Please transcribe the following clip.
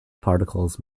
particles